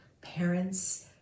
parents